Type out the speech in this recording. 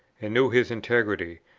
and knew his integrity,